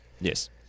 Yes